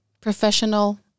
professional